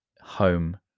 home